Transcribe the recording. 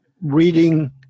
reading